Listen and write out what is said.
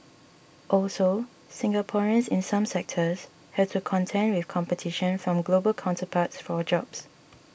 also Singaporeans in some sectors has to contend with competition from global counterparts for jobs